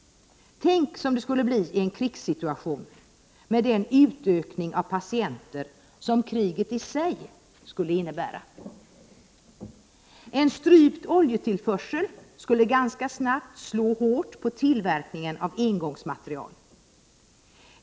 Tänk hur det skulle bli i en krigssituation med den utökning av antalet patienter som kriget i sig skulle innebära! En strypt oljetillförsel skulle ganska snart slå hårt på tillverkningen av engångsmaterial.